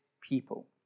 people